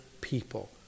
people